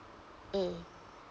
mm